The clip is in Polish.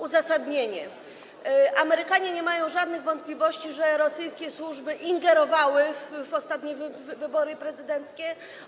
Uzasadnienie: Amerykanie nie mają żadnych wątpliwości, że rosyjskie służby ingerowały w ostatnie wybory prezydenckie.